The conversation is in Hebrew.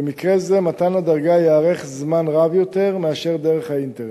במקרה זה מתן הדרגה יארך זמן רב יותר מאשר דרך האינטרנט.